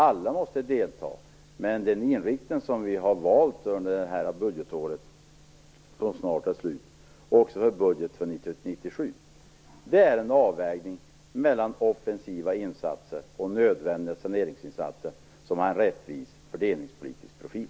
Alla måste delta, men den inriktning som vi har valt under detta budgetår, som snart är slut också för budgeten för 1997, innebär en avvägning mellan offensiva insatser och nödvändiga saneringsinsatser som har en rättvis fördelningspolitisk profil.